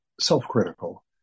self-critical